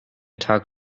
tag